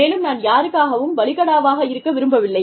மேலும் நான் யாருக்காகவும் பலிகடாவாக இருக்க விரும்பவில்லை